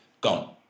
gone